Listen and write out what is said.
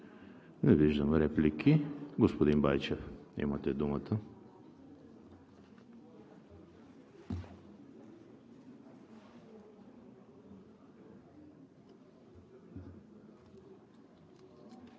Не виждам. Господин Байчев, имате думата.